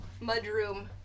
mudroom